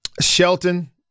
Shelton